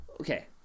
Okay